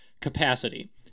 capacity